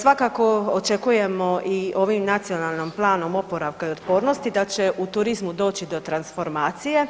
Svakako očekujemo i ovim nacionalnim planom oporavka i otpornosti da će u turizmu doći do transformacije,